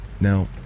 Now